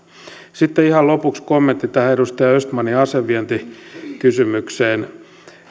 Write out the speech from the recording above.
sitten ihan lopuksi kommentti tähän edustaja östmanin asevientikysymykseen